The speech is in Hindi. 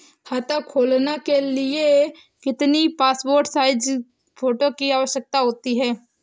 खाता खोलना के लिए कितनी पासपोर्ट साइज फोटो की आवश्यकता होती है?